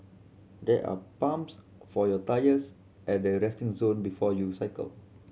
there are pumps for your tyres at the resting zone before you cycle